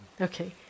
Okay